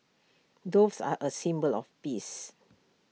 doves are A symbol of peace